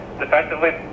defensively